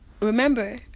remember